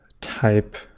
type